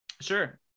Sure